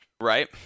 Right